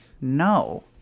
No